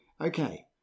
okay